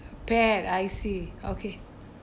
pet I see okay